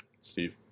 Steve